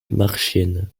marchiennes